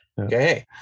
Okay